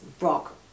rock